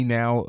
now